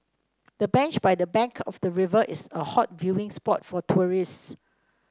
the bench by the bank of the river is a hot viewing spot for tourists